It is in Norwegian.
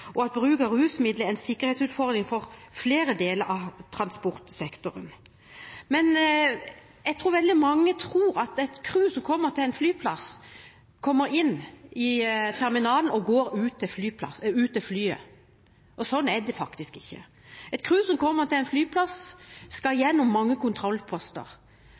og at bruk av rusmidler er en sikkerhetsutfordring for flere deler av transportsektoren. Men jeg tror at veldig mange tror at et crew som kommer til en flyplass, kommer inn i terminalen og går ut til flyet. Sånn er det faktisk ikke. Et crew som kommer til en flyplass, skal gjennom mange kontrollposter.